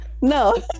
no